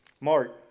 Mark